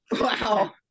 wow